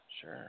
Sure